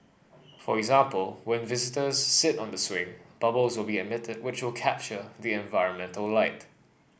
for example when visitors sit on the swing bubbles will be emitted which will capture the environmental light